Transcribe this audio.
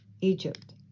Egypt